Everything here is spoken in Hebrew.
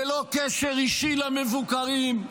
ללא קשר אישי למבוקרים,